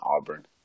Auburn